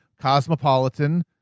cosmopolitan